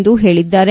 ಎಂದು ಹೇಳಿದ್ದಾರೆ